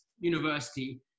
University